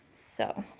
so,